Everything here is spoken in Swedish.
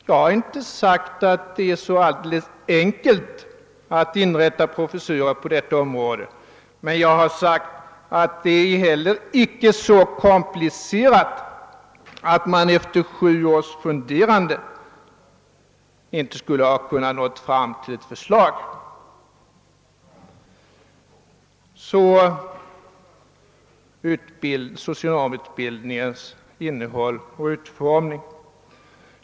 Jag har inte sagt att det är enkelt att inrätta professurer på detta område, men jag har sagt att det icke kan vara så komplicerat att man inte efter sju års funderande skulle ha kunnat nå fram till ett förslag. Så till frågan om socionomutbildningens innehåll och utformning!